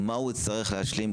מה הוא צריך להשלים,